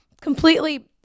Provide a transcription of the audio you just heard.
completely